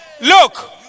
look